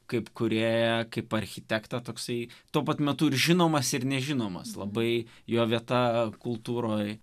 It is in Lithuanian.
kaip kūrėją kaip architektą toksai tuo pat metu ir žinomas ir nežinomas labai jo vieta kultūroje